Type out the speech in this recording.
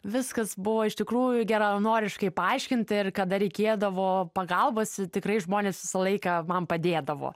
viskas buvo iš tikrųjų geranoriškai paaiškinta ir kada reikėdavo pagalbos tikrai žmonės visą laiką man padėdavo